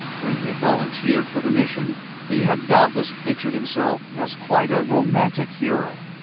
when he had volunteered for the mission he had doubtless pictured himself as quite a romantic hero,